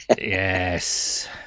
Yes